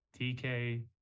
TK